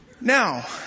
Now